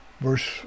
Verse